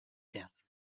death